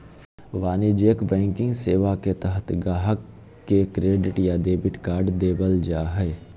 वाणिज्यिक बैंकिंग सेवा के तहत गाहक़ के क्रेडिट या डेबिट कार्ड देबल जा हय